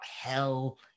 Hell